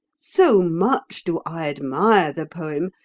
so much do i admire the poem,